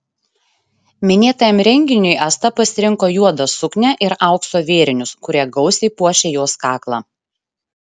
minėtajam renginiui asta pasirinko juodą suknią ir aukso vėrinius kurie gausiai puošė jos kaklą